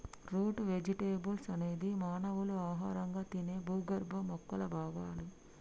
route vegetables అనేది మానవులు ఆహారంగా తినే భూగర్భ మొక్కల భాగాలు